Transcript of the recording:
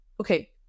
okay